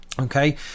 Okay